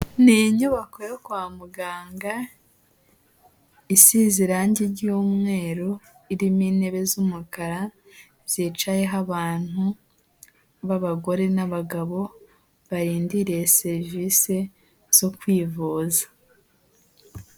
Ni inyubako yo kwa muganga, isize irangi ry'umweru, irimo intebe z'umukara, zicayeho abantu b'abagore n'abagabo barindiriye serivisi zo kwivuza.